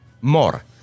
more